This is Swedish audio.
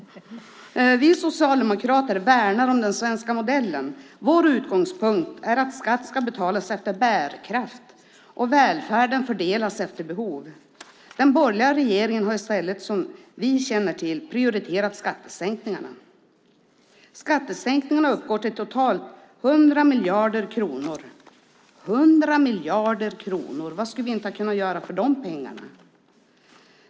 Vi socialdemokrater värnar om den svenska modellen. Vår utgångspunkt är att skatt ska betalas efter bärkraft och välfärden fördelas efter behov. Den borgerliga regeringen har i stället som vi känner till prioriterat skattesänkningarna. Skattesänkningarna uppgår till totalt 100 miljarder kronor. Vad skulle vi inte ha kunnat göra för de pengarna.